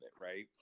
right